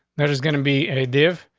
there's gonna be a div.